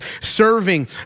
Serving